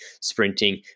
sprinting